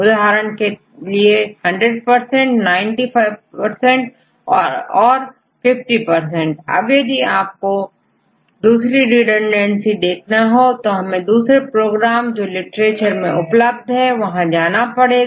उदाहरण के तौर पर10090और50अब यदि आपको और दूसरी रिडंडेंसीज देखना है तो हमें दूसरे प्रोग्राम जो लिटरेचर में उपलब्ध हो पर जाना होगा